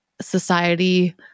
society